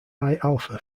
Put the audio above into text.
alpha